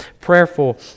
prayerful